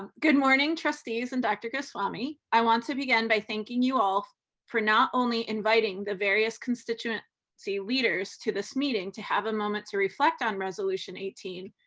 um good morning, trustees and dr. goswami. i want to begin by thanking you all for not only inviting the various constituency leaders to this meeting to have a moment to reflect on resolution eighteen,